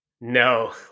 No